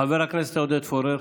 חבר הכנסת עודד פורר,